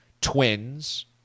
twins